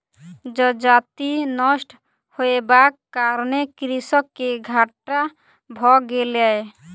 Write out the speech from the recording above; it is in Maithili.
जजति नष्ट होयबाक कारणेँ कृषक के घाटा भ गेलै